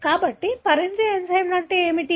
కాబట్టి పరిమితి ఎంజైమ్లు అంటే ఏమిటి